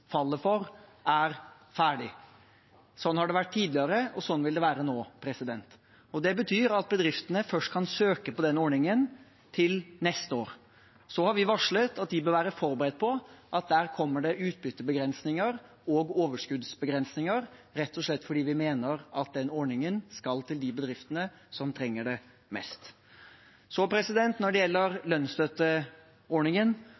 for, er ferdig. Sånn har det vært tidligere, og sånn vil det være nå. Det betyr at bedriftene først kan søke på den ordningen til neste år. Vi har varslet at de bør være forberedt på at det vil komme utbyttebegrensninger og overskuddsbegrensinger, rett og slett fordi vi mener at den ordningen skal være til for de bedriftene som trenger det mest. Når det gjelder lønnsstøtteordningen, er det